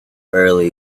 early